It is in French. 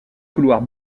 couloirs